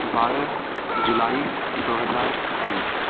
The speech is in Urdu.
بارہ جولائی دو ہزار تئیس